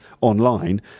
online